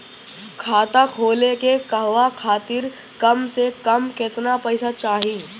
खाता खोले के कहवा खातिर कम से कम केतना पइसा चाहीं?